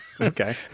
Okay